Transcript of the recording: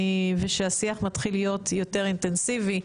ושהשיח מתחיל היות יותר אינטנסיבי.